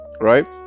right